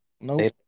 no